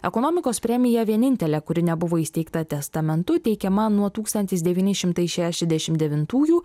ekonomikos premija vienintelė kuri nebuvo įsteigta testamentu teikiama nuo tūkstantis devyni šimtai šešiasdešimt devintųjų